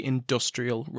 Industrial